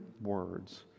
words